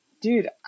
dude